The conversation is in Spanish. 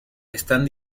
están